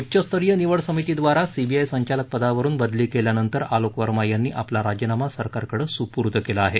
उच्चस्तरीय निवड समितीद्वारा सीबीआय संचालक पदावरुन बदली केल्यानंतर आलोक वर्मा यांनी आपला राजीनामा सरकारकडे सुपुर्द केला आहे